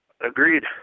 Agreed